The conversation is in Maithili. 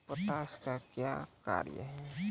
पोटास का क्या कार्य हैं?